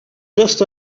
just